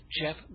Jeff